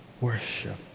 worship